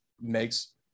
makes